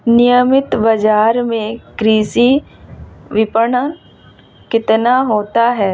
नियमित बाज़ार में कृषि विपणन कितना होता है?